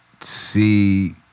see